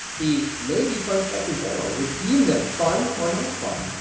the maybe funspector general, will deem them fun or not fun